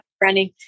Running